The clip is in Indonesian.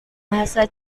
bahasa